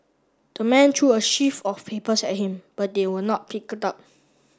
the man threw a sheaf of papers at him but they were not picked up